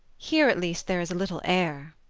here at least there is a little air.